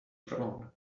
prone